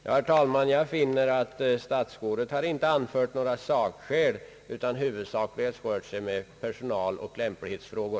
Ja, herr talman, jag finner att statsrådet inte anfört några sakskäl utan huvudsakligen rört sig med personaloch lämplighetsfrågor.